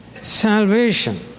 Salvation